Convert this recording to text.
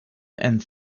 and